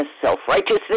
self-righteousness